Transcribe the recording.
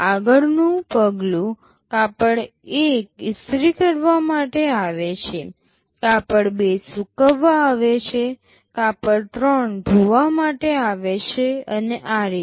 આગળનું પગલું કાપડ 1 ઇસ્ત્રી કરવા માટે આવે છે કાપડ 2 સુકવવા આવે છે કાપડ 3 ધોવા માટે આવે છે અને આ રીતે